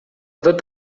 tot